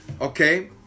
Okay